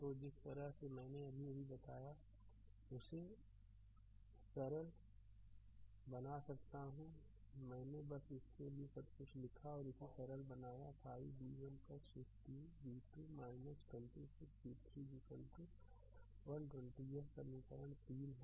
तो जिस तरह से मैंने अभी अभी बताया है उसे सरल बना सकता हूं मैंने बस इसके लिए सबकुछ लिखा और इसे सरल बनाया 5 v1 15 v2 26 v3 120 यह समीकरण 3 है